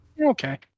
okay